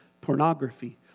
pornography